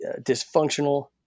dysfunctional